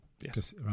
Yes